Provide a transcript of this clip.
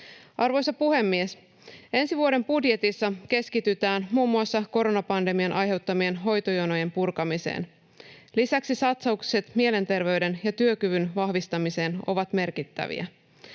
Arvoisa puhemies! Ensi vuoden budjetissa keskitytään muun muassa koronapandemian aiheuttamien hoitojonojen purkamiseen. Lisäksi satsaukset mielenterveyden ja työkyvyn vahvistamiseen ovat merkittäviä.